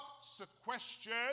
sequestered